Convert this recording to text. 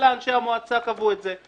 אלא אנשי המועצה קבעו את זה.